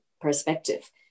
perspective